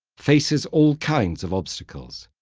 faces all kinds of obstacles.